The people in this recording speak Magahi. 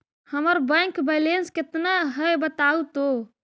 हमर बैक बैलेंस केतना है बताहु तो?